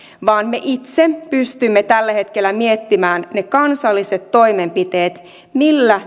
vaan me itse pystymme tällä hetkellä miettimään ne kansalliset toimenpiteet millä